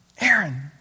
Aaron